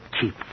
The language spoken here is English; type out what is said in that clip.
keep